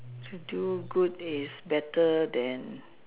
to do good is better than